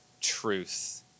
truth